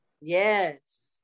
Yes